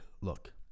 Look